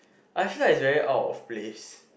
I feel like it's very out of place